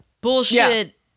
bullshit